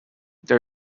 they